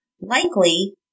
Likely